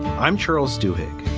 i'm charles stuart.